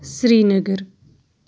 Srinagar